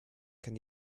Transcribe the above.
kann